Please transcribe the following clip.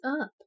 up